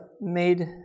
made